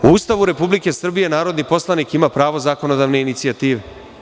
Po Ustavu Republike Srbije narodni poslanik ima pravo zakonodavne inicijative.